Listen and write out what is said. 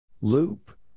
Loop